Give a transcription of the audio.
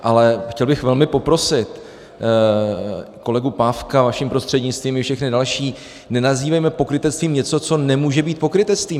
Ale chtěl bych velmi poprosit kolegu Pávka vaším prostřednictvím, i všechny další, nenazývejme pokrytectvím něco, co nemůže být pokrytectvím.